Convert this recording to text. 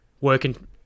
working